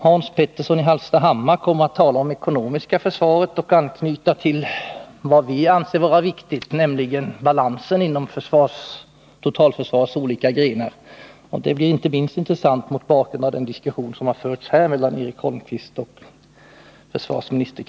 Hans Petersson i Hallstahammar kommer att tala om det ekonomiska försvaret och knyta an till vad vi anser vara viktigt, nämligen balansen mellan totalförsvarets olika grenar. Det blir intressant inte minst mot bakgrund av den diskussion som här har förts mellan Eric Holmqvist och försvarsministern.